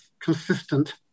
consistent